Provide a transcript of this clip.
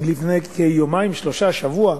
לפני כיומיים, שלושה, שבוע,